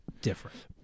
different